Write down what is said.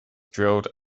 drilled